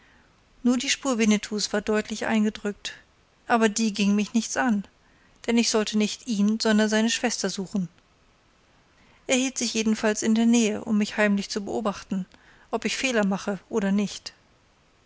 nur die spur winnetous war deutlich eingedrückt aber die ging mich nichts an denn ich sollte nicht ihn sondern seine schwester suchen er hielt sich jedenfalls in der nähe um mich heimlich zu beobachten ob ich fehler mache oder nicht